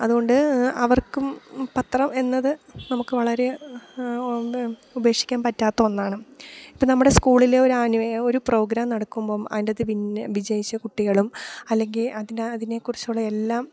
അതുകൊണ്ട് അവർക്കും പത്രം എന്നത് നമുക്ക് വളരെ ഉപേക്ഷിക്കാൻ പറ്റാത്ത ഒന്നാണ് ഇപ്പം നമ്മുടെ സ്കൂളിൽ ഒരാനുവേ ഒരു പ്രോഗ്രാം നടക്കുമ്പം അതിന്റെ അകത്ത് പിന്നെ വിജയിച്ച കുട്ടികളും അല്ലെങ്കിൽ അതിന്റെ അതിനെക്കുറിച്ചുള്ള എല്ലാം